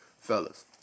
Fellas